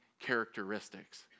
characteristics